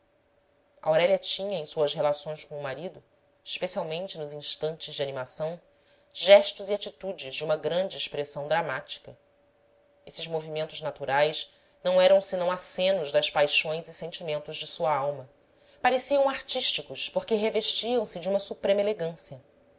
desmaio aurélia tinha em suas relações com o marido especialmente nos instantes de animação gestos e atitudes de uma grande expressão dramática esses movimentos naturais não eram senão acenos das paixões e sentimentos de sua alma pareciam artísticos porque revestiam se de uma suprema elegância